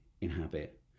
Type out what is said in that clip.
inhabit